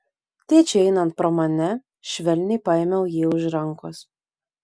tėčiui einant pro mane švelniai paėmiau jį už rankos